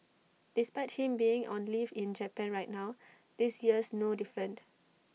despite him being on leave in Japan right now this year's no different